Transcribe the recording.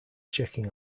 checking